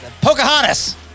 Pocahontas